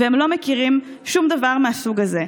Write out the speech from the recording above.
והם לא מכירים שום דבר מהסוג הזה.